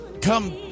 come